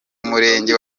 murenge